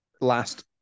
last